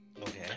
Okay